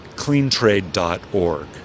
Cleantrade.org